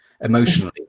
emotionally